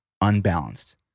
unbalanced